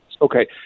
okay